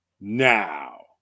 Now